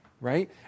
right